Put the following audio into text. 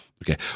Okay